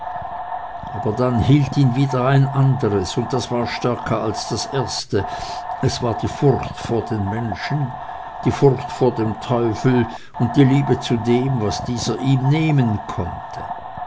aber dann hielt ihn wieder ein anderes und das war stärker als das erste es war die furcht vor den menschen die furcht vor dem teufel und die liebe zu dem was dieser ihm nehmen konnte